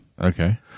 Okay